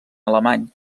alemany